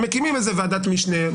הם מכירים ועדת משנה,